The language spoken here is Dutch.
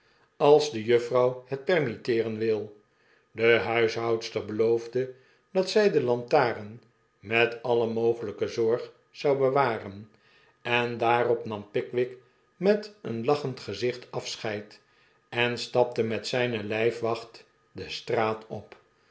als de juffrouw het permitteeren wil de huishoudster beloofde dat zy de lantaarn met alle mogelyke zorg zou bewaren en daarop nam pickwick met een lachend gezicht afscheid en stapte met zijne lijfwacht de straat op